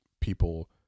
people